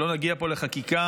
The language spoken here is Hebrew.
שלא נגיע פה לחקיקה,